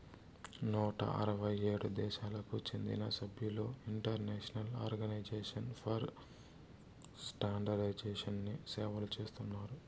నూట అరవై ఏడు దేశాలకు చెందిన సభ్యులు ఇంటర్నేషనల్ ఆర్గనైజేషన్ ఫర్ స్టాండర్డయిజేషన్ని సేవలు చేస్తున్నారు